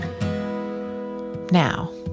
Now